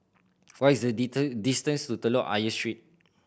what is the distance to Telok Ayer Street